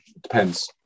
depends